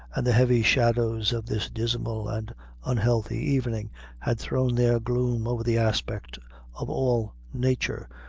and the heavy shadows of this dismal and unhealthy evening had thrown their gloom over the aspect of all nature,